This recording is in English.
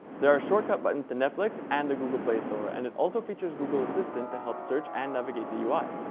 there are shortcut buttons to netflix and the google play store, and it also features google assistant to help search and navigate the ui.